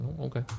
Okay